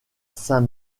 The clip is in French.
saint